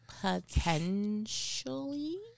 Potentially